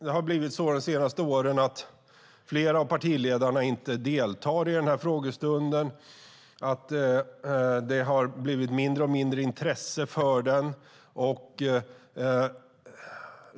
De senaste åren har flera av partiledarna inte deltagit i frågestunden, och det har blivit mindre och mindre intresse för den.